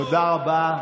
תודה רבה.